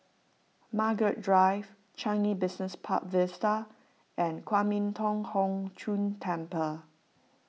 Margaret Drive Changi Business Park Vista and Kwan Im Thong Hood Cho Temple